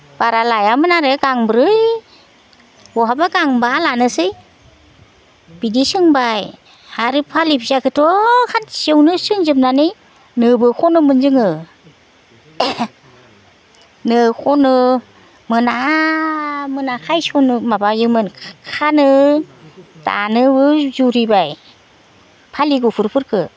बारा लायामोन आरो गांब्रै बहाबा गांबा लानोसै बिदि सोंबाय आरो फालि फिसाखोथ' खानसेयावनो सोंजोबनानै नोबो खनोमोन जोङो नो खनो मोना मोना खायसनो माबायोमोन खानो गानोबो जुरिबाय फालि गुफुरफोरखो